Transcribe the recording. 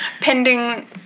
pending